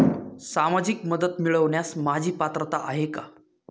सामाजिक मदत मिळवण्यास माझी पात्रता आहे का?